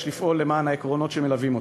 לפעול למען העקרונות שמלווים אותי,